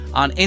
on